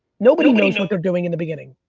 nobody knows what they're doing in the beginning.